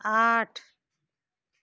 आठ